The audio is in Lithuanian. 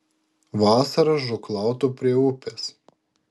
vasarą žūklautų prie upės